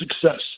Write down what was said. success